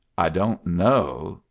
i don't know,